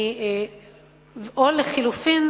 או לחלופין,